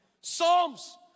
Psalms